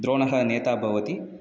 द्रोणः नेता भवति